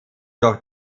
durch